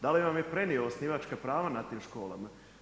Da li vam je prenio osnivačka prava nad tim školama?